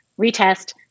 retest